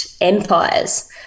empires